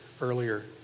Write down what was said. earlier